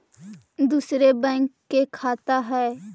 दुसरे बैंक के खाता हैं?